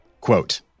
Quote